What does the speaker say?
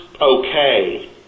okay